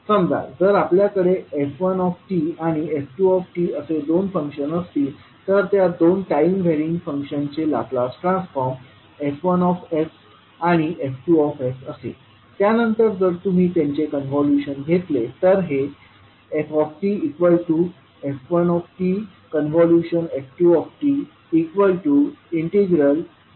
समजा जर आपल्याकडे f1 आणि f2असे दोन फंक्शन असतील तर त्या दोन टाईम व्हॅरिंग फंक्शन्स चे लाप्लास ट्रान्सफॉर्म F1 आणि F2 असेल त्यानंतर जर तुम्ही त्याचे कॉन्व्होल्यूशन घेतले तर हे ftf1tf2t0tf1f2t λdλ 6 असे होईल